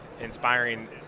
inspiring